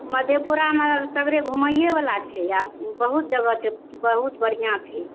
मधेपुरामे सगरे घूमैए बला छै आ बहुत जगह छै बहुत बढ़िआँ छै